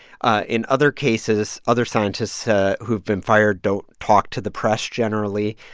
ah in other cases, other scientists who've been fired don't talk to the press generally.